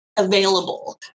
Available